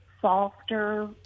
softer